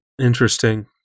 Interesting